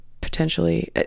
potentially